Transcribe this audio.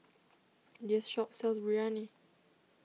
this shop sells Biryani